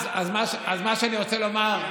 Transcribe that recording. למה אתה, אז מה שאני רוצה לומר,